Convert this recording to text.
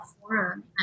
forum